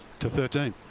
to thirteen.